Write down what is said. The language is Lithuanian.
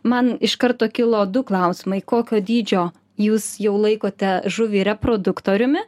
man iš karto kilo du klausimai kokio dydžio jūs jau laikote žuvį reproduktoriumi